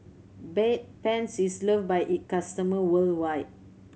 Bedpans is loved by its customer worldwide